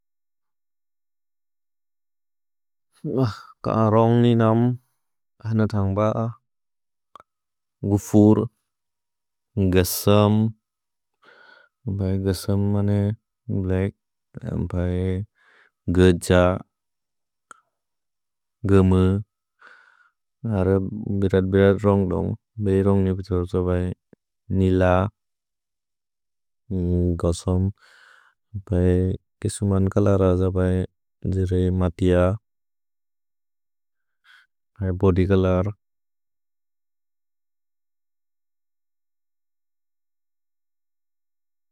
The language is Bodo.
कान् रोन्ग् नि नम् हन थन्ग् ब?। गुफुर्, गस्सम्। गस्सम् मने ब्लेक्। गज, गम। भिरेत्-बिरेत् रोन्ग् दोन्ग्। निल, गस्सम्। भए, किसुमन् कलर ज बए?। जिरे, मतिअ। है, बोदि कलर्।